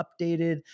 updated